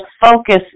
focus